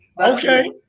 Okay